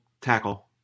tackle